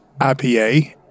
IPA